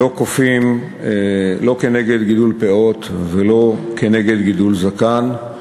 לא כופים, לא כנגד גידול פאות ולא כנגד גידול זקן.